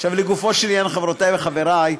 לגופו של עניין, חברותי וחברי,